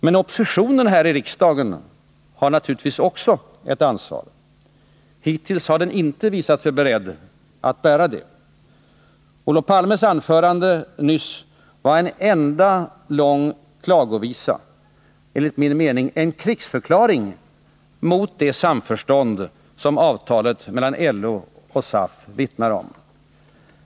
Men oppositionen här i riksdagen har naturligtvis också ett ansvar. Hittills har den inte visat sig vara beredd att bära det. Olof Palmes anförande nyss var en enda lång klagovisa — enligt min mening en krigsförklaring mot det samförstånd som avtalet mellan LO och SAF vittnar om.